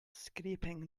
scraping